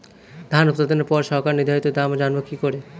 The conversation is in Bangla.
ধান উৎপাদনে পর সরকার নির্ধারিত দাম জানবো কি করে?